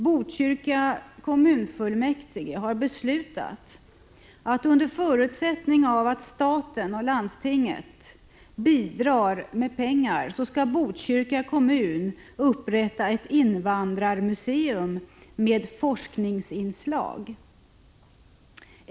Botkyrka kommunfullmäktige har beslutat att, under förutsättning att staten och landstinget bidrar med pengar, Botkyrka kommun skall upprätta ett invandrarmuseum med forskningsinslag.